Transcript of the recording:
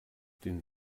dem